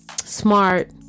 smart